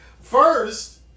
first